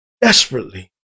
desperately